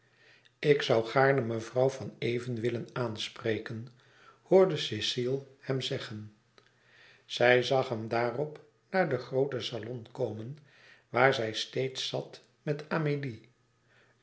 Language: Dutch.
ik zoû gaarne mevrouw van even willen aanspreken hoorde cecile hem zeggen zij zag hem daarop naar den grooten salon komen waar zij steeds zat met amélie